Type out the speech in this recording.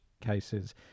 cases